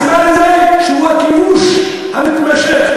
הסיבה לזה היא הכיבוש המתמשך.